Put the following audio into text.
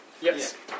Yes